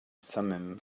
from